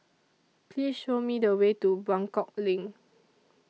Please Show Me The Way to Buangkok LINK